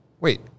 Wait